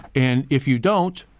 and if you don't,